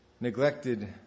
neglected